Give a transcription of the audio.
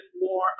more